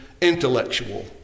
intellectual